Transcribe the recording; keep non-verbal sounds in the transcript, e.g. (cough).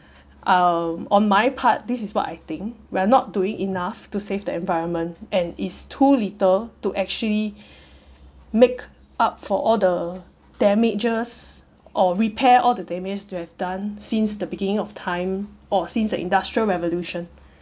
um on my part this is what I think we're not doing enough to save the environment and is too little to actually (breath) make up for all the damages or repair all the damage that we have done since the beginning of time or since the industrial revolution